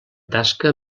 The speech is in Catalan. tasca